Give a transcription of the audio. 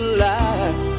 light